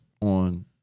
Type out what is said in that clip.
on